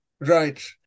Right